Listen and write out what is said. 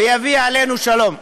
ויביא עלינו שלום.